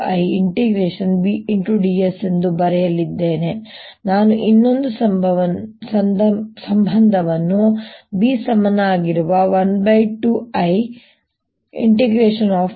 dS ಎಂದು ಬರೆಯಲಿದ್ದೇನೆ ನಾನು ಇನ್ನೊಂದು ಸಂಬಂಧವನ್ನು B ಸಮನಾಗಿರುವ 12IA